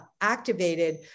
activated